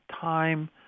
time